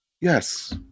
Yes